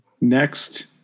Next